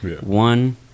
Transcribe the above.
one